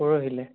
পৰহিলৈ